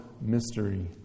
mystery